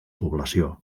població